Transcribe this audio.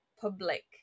public